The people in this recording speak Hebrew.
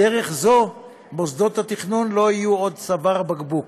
בדרך זו, מוסדות התכנון לא יהיו עוד צוואר בקבוק.